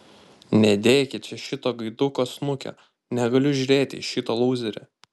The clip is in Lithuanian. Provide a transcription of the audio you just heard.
nedėkit čia šito gaiduko snukio negaliu žiūrėti į šitą lūzerį